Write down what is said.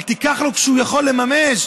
אבל תיקח ממנו כשהוא יכול לממש,